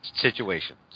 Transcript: situations